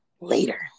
later